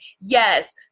yes